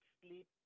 sleep